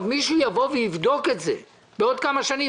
עוד מישהו יבוא ויבדוק את זה בעוד כמה שנים,